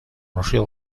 noció